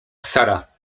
sara